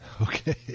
Okay